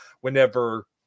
whenever